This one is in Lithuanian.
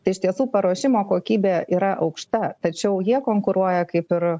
tai iš tiesų paruošimo kokybė yra aukšta tačiau jie konkuruoja kaip ir